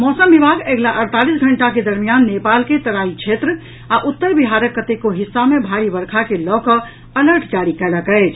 मौसम विभाग अगिला अड़तालीस घंटा के दरमियान नेपाल के तराई क्षेत्र आ उत्तर बिहारक कतेको हिस्सा मे भारी वर्षा के लऽ कऽ अलर्ट जारी कयलक अछि